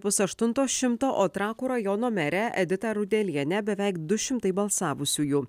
pusaštunto šimto o trakų rajono merė edita rudelienė beveik du šimtai balsavusiųjų